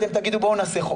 אתם תגידו 'בואו נעשה חוק'.